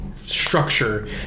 structure